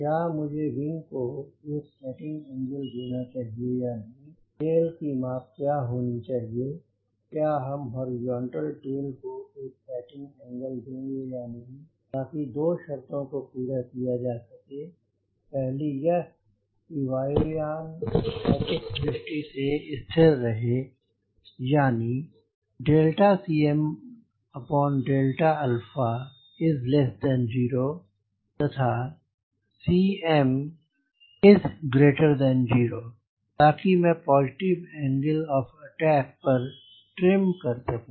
क्या मुझे विंग को एक सेटिंग एंगल देना चाहिए या नहीं टेल की माप क्या होनी चाहिए क्या हम हॉरिजॉन्टल टेल को एक सेटिंग एंगल देंगे या नहीं ताकि दो शर्तों को पूरा किया जा सके पहली यह कि वायु यान स्थैतिक दृष्टि से स्थिर रहे यानी कि Cm0 तथा Cm0 ताकि मैं पॉजिटिव एंगल ऑफ़ अटैक पर ट्रिम कर सकूँ